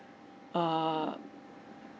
err